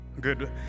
Good